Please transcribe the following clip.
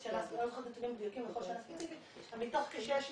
נתונים מדויקים לשנה הספציפית, אבל מתוך כ-600